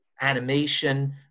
animation